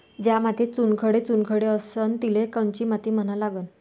ज्या मातीत चुनखडे चुनखडे असन तिले कोनची माती म्हना लागन?